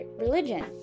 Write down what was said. religion